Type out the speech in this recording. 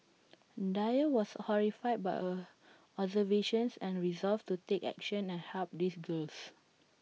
dyer was horrified by her observations and resolved to take action and help these girls